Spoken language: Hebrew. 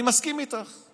אני מסכים איתך.